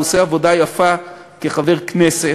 הוא עושה עבודה יפה כחבר כנסת.